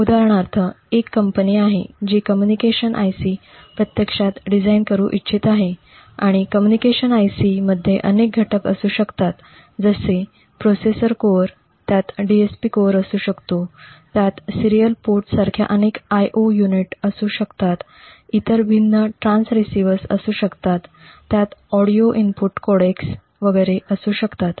उदाहरणार्थ एक कंपनी आहे जी कम्युनिकेशन IC प्रत्यक्षात डिझाइन करू इच्छित आहे आणि कम्युनिकेशन IC मध्ये अनेक घटक असू शकतात जसे प्रोसेसर कोअर् त्यात DSP कोअर् असू शकतो त्यात सीरियल पोर्ट सारख्या अनेक IO युनिट्स असू शकतात इतर भिन्न ट्रान्सीव्हर्स असू शकतात त्यात ऑडिओ इनपुट कोडेक्स वगैरे असू शकतात